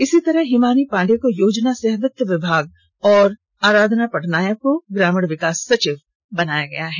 इसी तरह हिमाणी पॉडेय को योजना सह वित्त विभाग और आराधना पटनायक को ग्रामीण विकास सचिव बनाया गया है